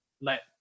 let